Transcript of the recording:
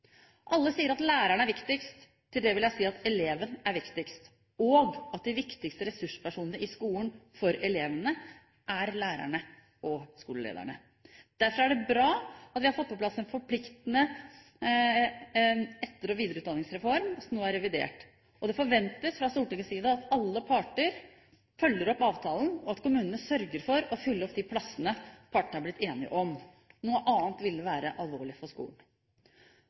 Alle sier at læreren er viktigst. Til det vil jeg si at eleven er viktigst, og at de viktigste ressurspersonene i skolen for elevene er lærerne og skolelederne. Derfor er det bra at vi har fått på plass en forpliktende etter- og videreutdanningsreform som nå er revidert. Det forventes fra Stortingets side at alle parter følger opp avtalen, og at kommunene sørger for å fylle opp de plassene partene har blitt enige om. Noe annet ville være alvorlig for skolen.